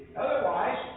otherwise